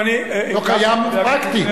לא קיים פרקטית.